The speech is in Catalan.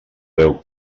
veu